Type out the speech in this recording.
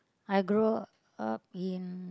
I grow up in